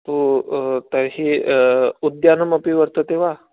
तु तर्हि उद्यानमपि वर्तते वा